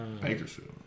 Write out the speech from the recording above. Bakersfield